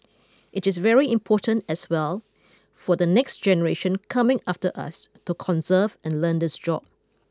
it is very important as well for the next generation coming after us to conserve and learn this job